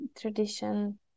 tradition